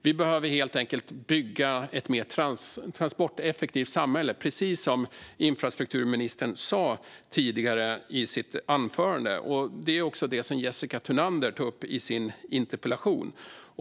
Vi behöver helt enkelt bygga ett mer transporteffektivt samhälle, precis som infrastrukturministern sa tidigare och som Jessica Thunander tar upp i sin interpellation.